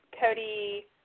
Cody